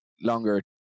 longer